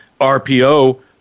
RPO